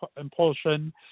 impulsion